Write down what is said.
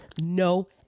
no